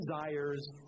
desires